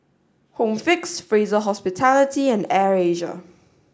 home Fix Fraser Hospitality and Air Asia